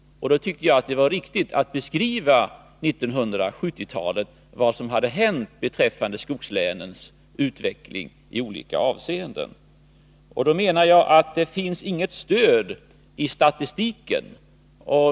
Då tyckte jag att det var riktigt att beskriva vad som hade hänt under 1970-talet beträffande skogslänens utveckling i olika avseenden.